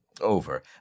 over